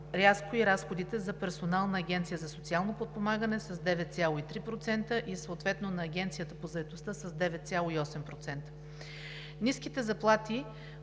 и разходите за персонал на Агенцията за социално подпомагане с 9,3%, съответно на Агенцията по заетостта с 9,8%. Ниските заплати